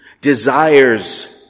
desires